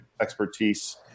expertise